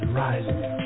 rising